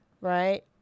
Right